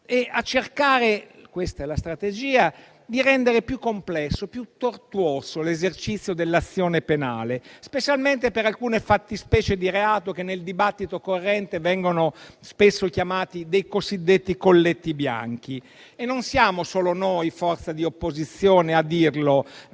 e l'autonomia, cercando di rendere più complesso e tortuoso l'esercizio dell'azione penale, specialmente per alcune fattispecie di reati che nel dibattito corrente vengono spesso chiamati dei cosiddetti colletti bianchi. Non siamo solo noi, forza di opposizione, a dirlo - come